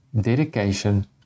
dedication